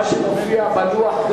מה שמופיע בלוח,